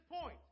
point